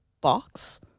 box